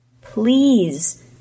Please